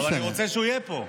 אבל אני רוצה שהוא יהיה פה.